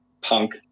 punk